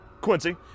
Quincy